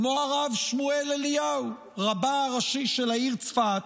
כמו הרב שמואל אליהו, רבה הראשי של העיר צפת,